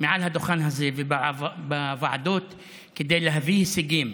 מעל הדוכן הזה ובוועדות כדי להביא הישגים